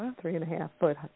three-and-a-half-foot